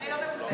אני לא מבולבלת.